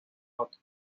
hot